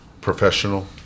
professional